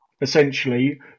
essentially